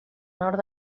nord